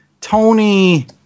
tony